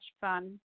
fun